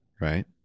right